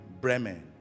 bremen